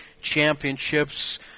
Championships